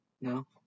no